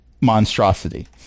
monstrosity